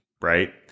right